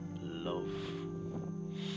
love